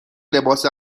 لباس